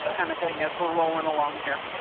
a kind of thing as we're rolling along here.